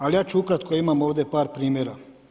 Ali ja ću ukratko, imam ovdje par primjera.